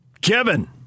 Kevin